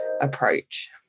approach